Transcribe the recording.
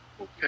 Okay